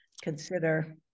consider